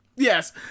Yes